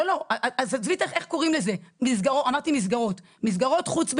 עזבי איך קוראים לזה, אמרתי מסגרות חוץ ביתיות.